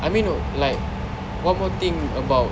I mean like one more thing about